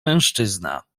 mężczyzna